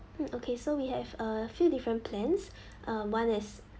mm okay so we have a few different plans uh one is